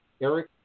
Eric